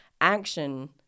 Action